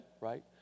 right